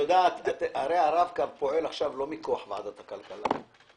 הרי הרב-קו פועל עכשיו לא מכוח ועדת הכלכלה.